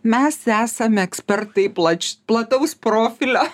mes esam ekspertai plač plataus profilio